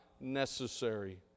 necessary